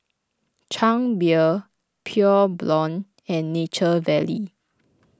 Chang Beer Pure Blonde and Nature Valley